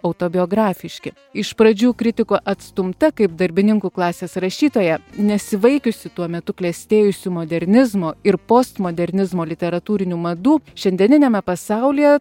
autobiografiški iš pradžių kritikų atstumta kaip darbininkų klasės rašytoja nesivaikiusi tuo metu klestėjusių modernizmo ir postmodernizmo literatūrinių madų šiandieniniame pasaulyje